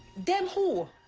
them who?